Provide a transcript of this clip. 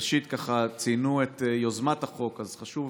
ראשית, ציינו את יוזמת החוק, אז חשוב